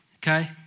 Okay